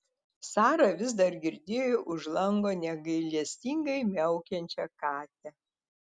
sara vis dar girdėjo už lango negailestingai miaukiančią katę